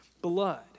blood